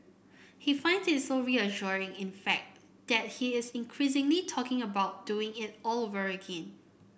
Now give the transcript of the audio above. he find it so reassuring in fact that he is increasingly talking about doing it all very again